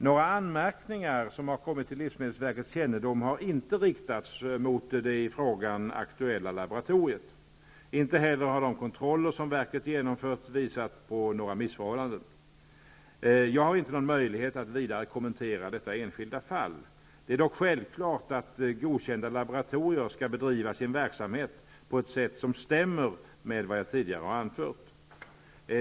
Några anmärkningar som har kommit till livsmedelsverkets kännedom har inte riktats mot det i frågan aktuella laboratoriet. Inte heller har de kontroller som verket genomfört visat på några missförhållanden. Jag har inte någon möjlighet att vidare kommentera detta enskilda fall. Det är dock självklart att godkända laboratorier skall bedriva sin verksamhet på ett sätt som stämmer med vad jag tidigare har anfört.